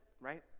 right